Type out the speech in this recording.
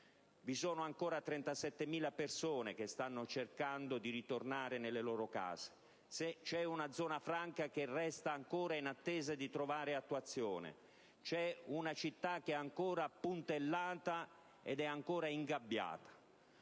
Vi sono ancora 37.000 persone che stanno cercando di tornare nelle proprie case, c'è una zona franca ancora in attesa di trovare attuazione ed una città ancora puntellata e ingabbiata.